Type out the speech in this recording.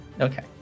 Okay